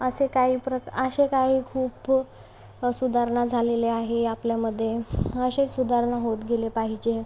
असे काही प्रक असे काही खूप सुधारणा झालेल्या आहे आपल्यामध्ये असेच सुधारणा होत गेले पाहिजे